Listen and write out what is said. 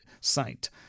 site